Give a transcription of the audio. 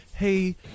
hey